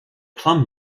plum